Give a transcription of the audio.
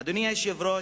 אדוני היושב-ראש,